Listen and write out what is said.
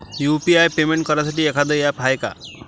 UPI payment करासाठी एखांद app हाय का?